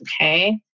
Okay